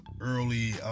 early